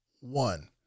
One